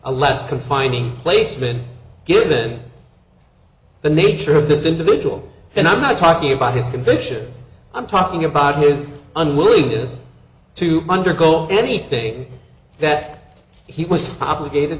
a less confining placement given the nature of this individual and i'm not talking about his convictions i'm talking about his unwillingness to undergo anything that he was obligated